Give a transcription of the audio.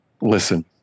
listen